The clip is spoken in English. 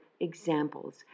examples